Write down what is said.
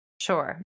Sure